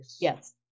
Yes